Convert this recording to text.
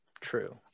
true